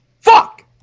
Fuck